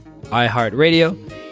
iHeartRadio